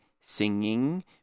singing